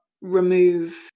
remove